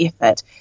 effort